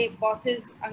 bosses